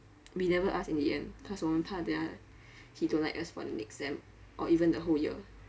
we never ask in the end cause 我们怕等下 he don't like us for the next sem or even the whole year